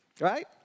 right